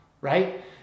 right